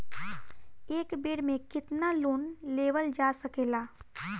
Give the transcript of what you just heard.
एक बेर में केतना लोन लेवल जा सकेला?